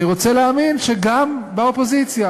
אני רוצה להאמין שגם באופוזיציה